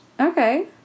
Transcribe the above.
Okay